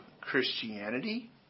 Christianity